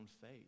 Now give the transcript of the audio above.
faith